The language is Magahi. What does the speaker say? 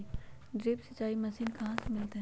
ड्रिप सिंचाई मशीन कहाँ से मिलतै?